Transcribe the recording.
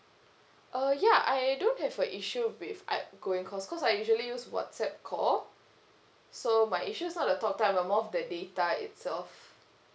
uh ya I don't have a issue with outgoing calls cause I usually use whatsapp call so my issues is not the talk time but more of the data itself